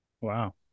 Wow